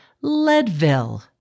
Leadville